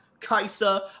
Kaisa